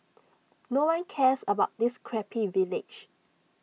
no one cares about this crappy village